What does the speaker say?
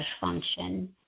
function